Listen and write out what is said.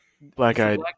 Black-eyed